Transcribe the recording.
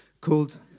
called